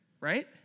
right